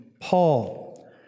Paul